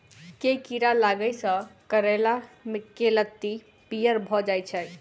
केँ कीड़ा लागै सऽ करैला केँ लत्ती पीयर भऽ जाय छै?